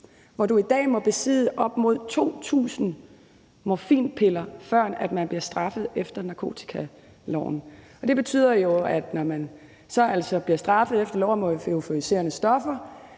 Du må i dag besidde op mod 2.000 morfinpiller, før du bliver straffet efter narkotikaloven, og det betyder jo, at når man så bliver straffet efter lov om euforiserende stoffer,